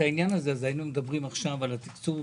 העניין הזה היינו עכשיו מדברים על התקצוב